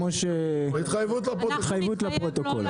התחייבות לפרוטוקול.